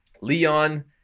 Leon